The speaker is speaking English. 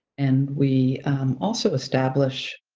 and we also establish